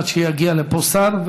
עד שיגיע לפה שר.